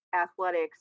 athletics